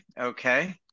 okay